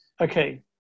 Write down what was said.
Okay